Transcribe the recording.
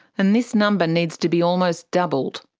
and this number needs to be almost doubled.